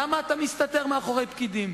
למה אתה מסתתר מאחורי פקידים?